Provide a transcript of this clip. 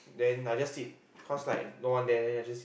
then I just sit cause like no one there then I just sit